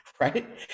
right